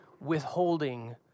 withholding